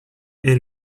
est